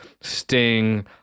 Sting